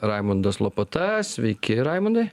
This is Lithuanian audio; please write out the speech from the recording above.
raimundas lopata sveiki raimundai